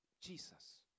Jesus